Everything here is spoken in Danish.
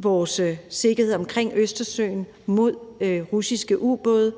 vores sikkerhed omkring Østersøen mod russiske ubåde,